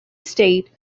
state